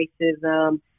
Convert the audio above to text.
racism